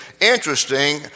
interesting